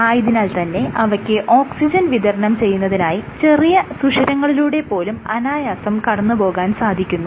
ആയതിനാൽ തന്നെ അവയ്ക്ക് ഓക്സിജൻ വിതരണം ചെയ്യുന്നതിനായി ചെറിയ സുഷിരങ്ങളിലൂടെ പോലും അനായാസം കടന്നുപോകാൻ സാധിക്കുന്നു